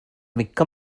மிக்க